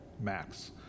Max